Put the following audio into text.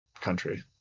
country